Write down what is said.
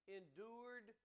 endured